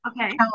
Okay